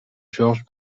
georges